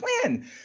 plan